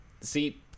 see